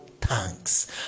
thanks